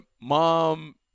mom